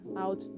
out